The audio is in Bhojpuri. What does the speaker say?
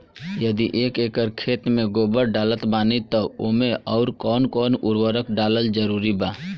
यदि एक एकर खेत मे गोबर डालत बानी तब ओमे आउर् कौन कौन उर्वरक डालल जरूरी बा?